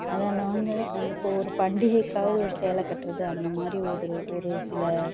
அதில் வந்து நம்ம இப்போ ஒரு பண்டிகைக்காவது ஒரு சேலை கட்டுறது அந்தமாதிரி ஒரு ஒரு சில